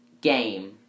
game